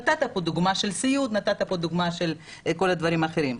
נתת פה דוגמה של סיעוד, נתת דוגמה של דברים אחרים.